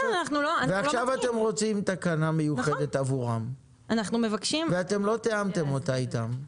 עכשיו אתם רוצים תקנה מיוחדת עבורם שלא תיאמתם איתם.